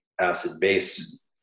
acid-base